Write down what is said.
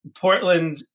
Portland